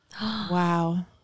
Wow